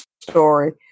story